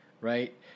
right